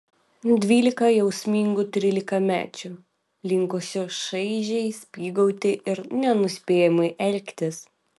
dvylika jausmingų trylikamečių linkusių šaižiai spygauti ir nenuspėjamai elgtis